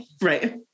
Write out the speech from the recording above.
right